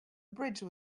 bridge